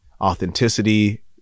authenticity